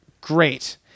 great